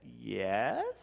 yes